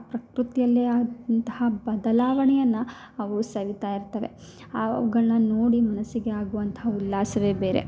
ಪ್ರಕೃತಿಯಲ್ಲೇ ಅಂತಹ ಬದಲಾವಣೆಯನ್ನು ಅವು ಸವಿತಾ ಇರ್ತವೆ ಅವುಗಳನ್ನ ನೋಡಿ ಮನಸ್ಸಿಗೆ ಆಗುವಂಥ ಉಲ್ಲಾಸವೇ ಬೇರೆ